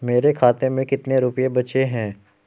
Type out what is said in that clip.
मेरे खाते में कितने रुपये बचे हैं?